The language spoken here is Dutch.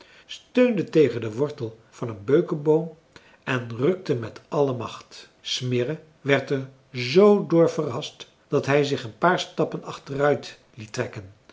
steunde tegen den wortel van een beukeboom en rukte met alle macht smirre werd er zoo door verrast dat hij zich een paar stappen achteruit liet trekken